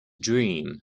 dream